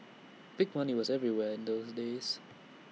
big money was everywhere in those days